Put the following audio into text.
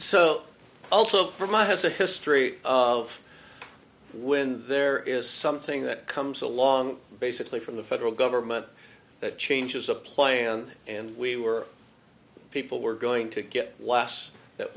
so also promote has a history of when there is something that comes along basically from the federal government that changes a plan and we were people were going to get last that